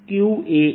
Ft momentum है